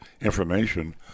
information